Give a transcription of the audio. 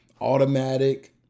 automatic